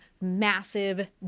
massive